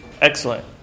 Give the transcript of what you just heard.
excellent